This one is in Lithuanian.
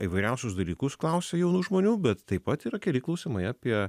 įvairiausius dalykus klausia jaunų žmonių bet taip pat yra keli klausimai apie